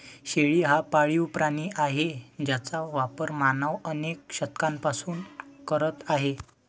शेळी हा पाळीव प्राणी आहे ज्याचा वापर मानव अनेक शतकांपासून करत आहे